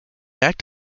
act